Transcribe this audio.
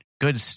good